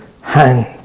hand